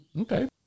Okay